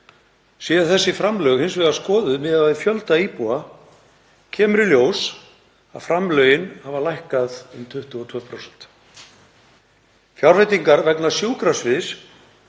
Séu þessi framlög hins vegar skoðuð miðað við fjölda íbúa kemur í ljós að framlögin hafa lækkað um 22%. Fjárveitingar vegna sjúkrasviðs,